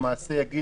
שר הבריאות יאמר: